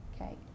okay